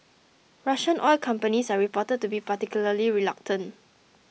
Russian oil companies are reported to be particularly reluctant